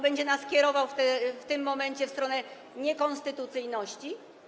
Będzie nas kierował w tym momencie w stronę niekonstytucyjności?